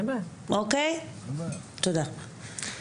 תודה.